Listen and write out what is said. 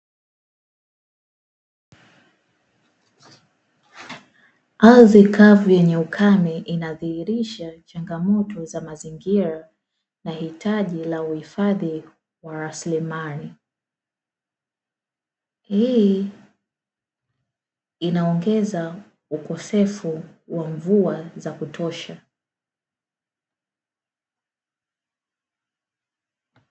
Ardhi kavu yenye ukame inadhihirisha changamoto za mazingira na hitaji la uhifadhi wa rasilimali. Hii inaongeza ukosefu wa mvua za kutosha.